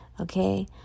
okay